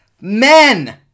men